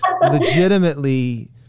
legitimately